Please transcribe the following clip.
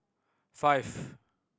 five